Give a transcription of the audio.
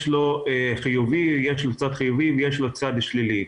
יש לו צד חיובי ויש לו צד שלילי,